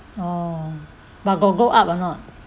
oh but got go up or not